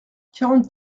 quarante